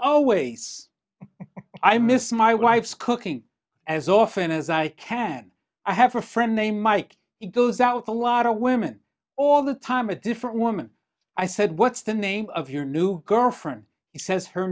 always i miss my wife's cooking as often as i can i have a friend named mike it goes out a lot of women all the time a different woman i said what's the name of your new girlfriend he says her